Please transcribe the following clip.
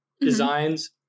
designs